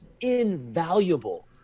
invaluable